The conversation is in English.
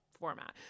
format